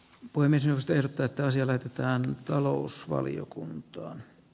poimin ennusteensa täyttäisivät läänin talousvaliokunta